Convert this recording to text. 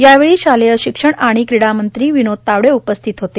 यावेळी शालेय शिक्षण आणि क्रीडा मंत्री विनोद तावडे उपस्थित होते